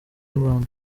abantu